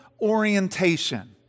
orientation